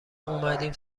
اومدیم